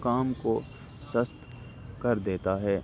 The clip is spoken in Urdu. کام کو سست کر دیتا ہے